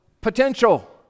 potential